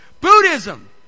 Buddhism